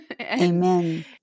Amen